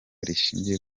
rishingiye